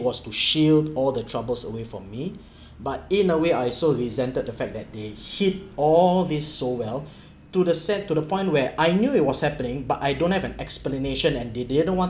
was to shield all the troubles away from me but in a way I so resented the fact that they hid all these so well to the set to the point where I knew it was happening but I don't have an explanation and they didn't want